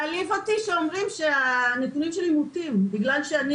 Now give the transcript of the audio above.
מעליב אותי שאומרים שהנתונים שלי מוטים בגלל שאני